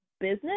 business